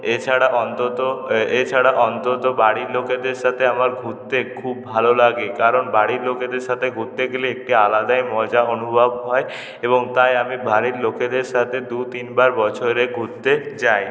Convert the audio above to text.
এ ছাড়া অন্তত এ ছাড়া অন্তত বাড়ির লোকেদের সাথে আমার ঘুরতে খুব ভালো লাগে কারণ বাড়ির লোকেদের সাথে ঘুরতে গেলে একটি আলাদাই মজা অনুভব হয় এবং তাই আমি বাড়ির লোকেদের সাথে দু তিনবার বছরে ঘুরতে যাই